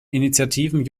initiativen